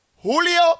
Julio